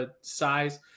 size